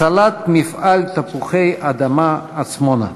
הצלת מפעל "תפוחי-אדמה עצמונה".